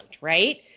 right